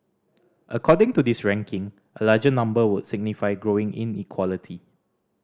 according to this ranking a larger number would signify growing inequality